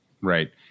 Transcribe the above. Right